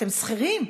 אתם שכירים,